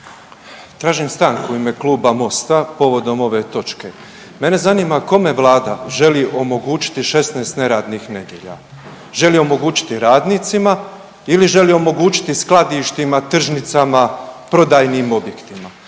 Tražim stanku u ime Kluba MOST-a povodom ove točke. Mene zanima kome Vlada želi omogućiti 16 neradnih nedjelja. Želi omogućiti radnicima ili želi omogućiti skladištima, tržnicama, prodajnim objektima